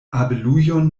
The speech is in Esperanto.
abelujon